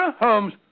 Holmes